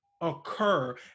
occur